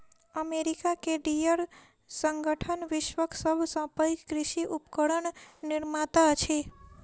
America के Deere संगठन विश्वक सभ सॅ पैघ कृषि उपकरण निर्माता अछि